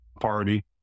party